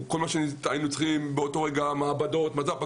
כל מה שהיינו צריכים באותו רגע כמו מעבדות מז"פ,